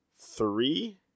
three